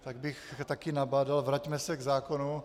Tak bych taky nabádal: Vraťme se k zákonu.